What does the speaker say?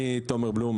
אני תומר בלום,